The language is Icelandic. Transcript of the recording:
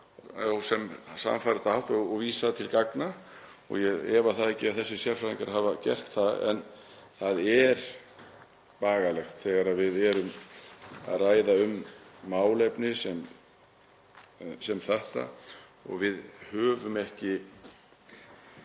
á sannfærandi hátt og vísað til gagna. Ég efa það ekki að þessir sérfræðingar hafa gert það, en það er bagalegt þegar við erum að ræða um málefni sem þetta að við höfum ekki